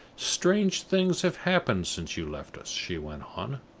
strange things have happened since you left us, she went on.